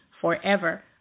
forever